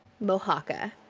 Mohaka